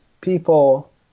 people